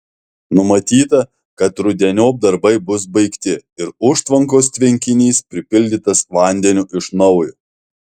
numatyta kad rudeniop darbai bus baigti ir užtvankos tvenkinys pripildytas vandeniu iš naujo